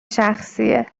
شخصیه